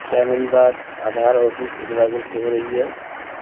کیا میری بات آدھار آفس ایڈوائزر سے ہو رہی ہے